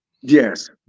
Yes